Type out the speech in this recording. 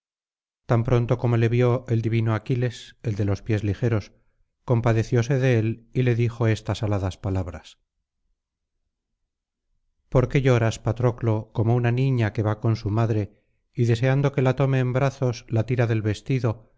tan pronto como le vio el divino aquiles el de los pies ligeros compadecióse de él y le dijo estas aladas palabras por qué lloras patroclo como una niña que va con su madre y deseando que la tome en brazos la tira del vestido